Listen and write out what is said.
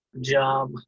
job